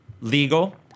Legal